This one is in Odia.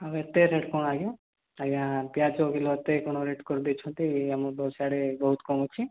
ଆଉ ଏତେ ରେଟ୍ କ'ଣ ଆଜ୍ଞା ଆଜ୍ଞା ପିଆଜ କିଲୋ ଏତେ କ'ଣ ରେଟ୍ କରିଦେଇଛନ୍ତି ଆମର ତ ସିଆଡ଼େ ବହୁତ କମ୍ ଅଛି